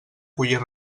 collir